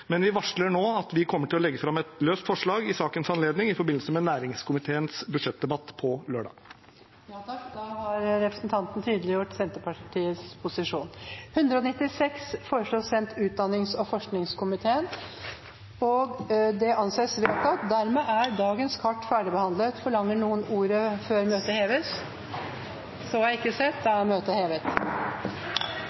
Men vi varsler nå at vi kommer til å legge fram et forslag i sakens anledning i forbindelse med næringskomiteens budsjettdebatt på lørdag. Da har representanten Myhrvold tydeliggjort Senterpartiets posisjon.